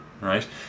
right